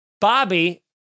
Bobby